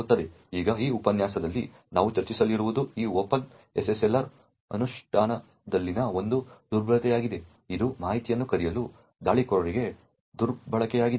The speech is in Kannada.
ಈಗ ಈ ಉಪನ್ಯಾಸದಲ್ಲಿ ನಾವು ಚರ್ಚಿಸಲಿರುವುದು ಈ ಓಪನ್ SSL ಅನುಷ್ಠಾನದಲ್ಲಿನ ಒಂದು ದುರ್ಬಲತೆಯಾಗಿದೆ ಇದು ಮಾಹಿತಿಯನ್ನು ಕದಿಯಲು ದಾಳಿಕೋರರಿಂದ ದುರ್ಬಳಕೆಯಾಗಿದೆ